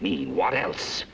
mean what else